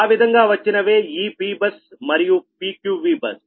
ఆ విధంగా వచ్చిన వే ఈ P బస్ మరియుPQV బస్